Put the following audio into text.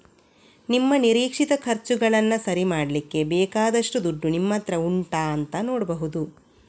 ನಿಮ್ಮ ನಿರೀಕ್ಷಿತ ಖರ್ಚುಗಳನ್ನ ಸರಿ ಮಾಡ್ಲಿಕ್ಕೆ ಬೇಕಾದಷ್ಟು ದುಡ್ಡು ನಿಮ್ಮತ್ರ ಉಂಟಾ ಅಂತ ನೋಡ್ಬಹುದು